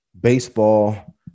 baseball